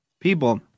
People